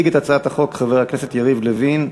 יציג את הצעת החוק חבר הכנסת יריב לוין.